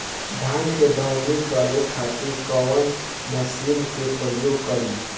धान के दवनी करे खातिर कवन मशीन के प्रयोग करी?